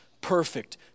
perfect